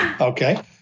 Okay